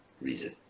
reason